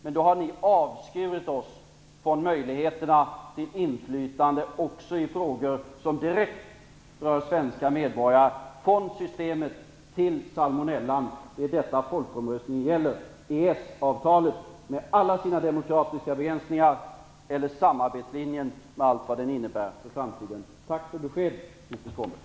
Men då har ni avskurit oss från möjligheterna till inflytande också i frågor som direkt rör svenska medborgare - alltifrån Systemet till salmonellan. Det är detta folkomröstningen gäller - EES-avtalet med alla dess demokratiska begränsningar eller samarbetslinjen med allt vad den innebär för framtiden. Tack för det beskedet, Krister Skånberg!